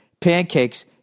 pancakes